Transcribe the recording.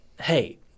hey